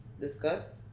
discussed